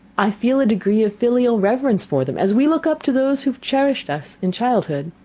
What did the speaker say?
i feel a degree of filial reverence for them, as we look up to those who have cherished us in childhood.